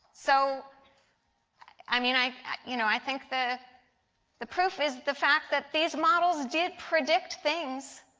so i mean i you know i think the the proof is the fact that these models did predict things